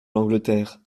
l’angleterre